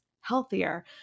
healthier